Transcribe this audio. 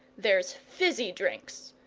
there's fizzy drinks!